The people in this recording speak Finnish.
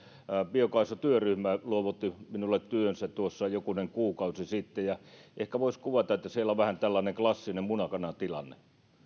biokaasutyöryhmä luovutti minulle työnsä tuossa jokunen kuukausi sitten ja ehkä voisi kuvata että siellä on vähän tällainen klassinen muna kana tilanne